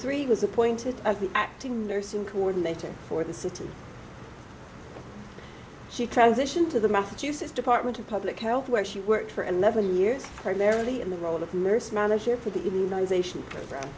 three was appointed as the acting nursing coordinator for the city she transitioned to the massachusetts department of public health where she worked for eleven years primarily in the role of